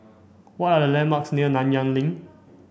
what are the landmarks near Nanyang Link